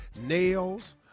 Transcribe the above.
nails